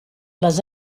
les